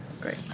Great